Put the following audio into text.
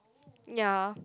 ya